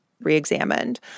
re-examined